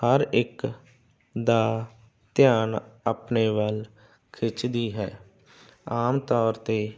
ਹਰ ਇੱਕ ਦਾ ਧਿਆਨ ਆਪਣੇ ਵੱਲ ਖਿੱਚਦਾ ਹੈ ਆਮ ਤੌਰ 'ਤੇ